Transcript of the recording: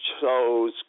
chose